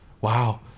wow